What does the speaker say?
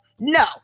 no